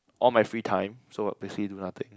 all my free time so I basicly do nothing